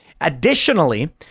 Additionally